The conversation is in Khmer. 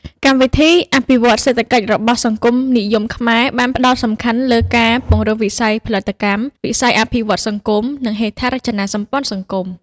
កម្មវិធីអភិវឌ្ឍន៍សេដ្ឋកិច្ចរបស់ សង្គមនិយមខ្មែរ បានផ្តោតសំខាន់លើការពង្រឹងវិស័យផលិតកម្ម វិស័យអភិវឌ្ឍន៍សង្គម និងហេដ្ឋារចនាសម្ព័ន្ធសង្គម។